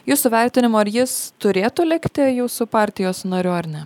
jūsų vertinimu ar jis turėtų likti jūsų partijos nariu ar ne